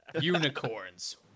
Unicorns